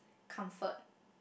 comfort